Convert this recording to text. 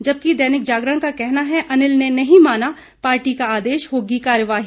जबकि दैनिक जागरण का कहना है अनिल ने नहीं माना पार्टी का आदेश होगी कार्रवाई